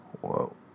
Whoa